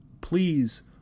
please